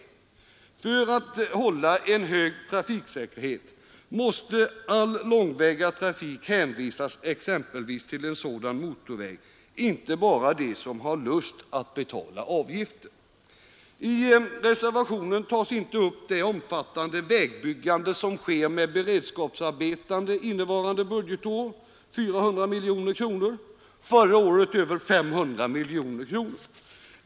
För att vi skall uppnå hög trafiksäkerhet måste all långväga trafik hänvisas exempelvis till en sådan motorväg, inte bara de bilförare som har lust att betala avgiften. I reservationen tas inte upp det omfattande vägbyggande som sker med beredskapsarbeten — innevarande budgetår för 400 miljoner kronor, förra året för över 500 miljoner kronor.